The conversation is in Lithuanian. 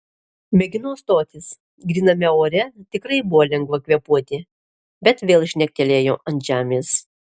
mėgino stotis gryname ore tikrai buvo lengva kvėpuoti bet vėl žnektelėjo ant žemės